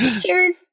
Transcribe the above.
Cheers